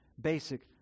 basic